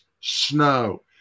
snow